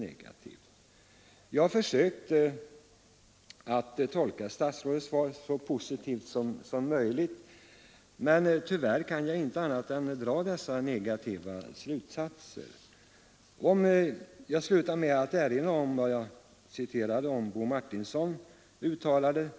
Jag har försökt att tolka statsrådets svar så positivt som möjligt, men tyvärr kan jag inte annat än dra dessa negativa slutsatser. Jag vill sluta med att erinra om vad jag citerade av Bo Martinssons uttalande.